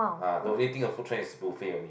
ah the only thing of food trend is buffet only